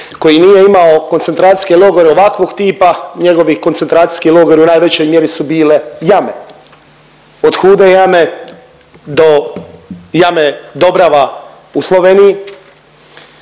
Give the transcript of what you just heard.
Koji nije imao koncentracijske logove ovakvog tipa, njegovi koncentracijski logori u najvećoj mjeri su bile jame, od Hude jame do jame Dobrava u Sloveniji,